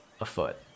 afoot